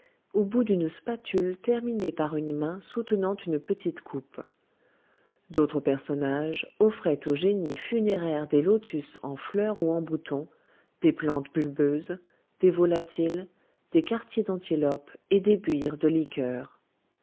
au bout d'une spatule terminée par une main soutenant une petite coupe d'autres personnages offraient aux génies funéraires des lotus en fleur ou en bouton des plantes bulbeuses des volatiles des quartiers d'antilope et des buires de liqueurs